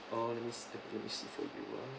oh let me see that let me see what you want